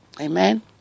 Amen